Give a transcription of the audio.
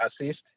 assist